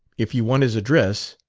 if you want his address.